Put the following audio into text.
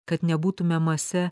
kad nebūtume mase